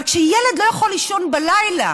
אבל כשילד לא יכול לישון בלילה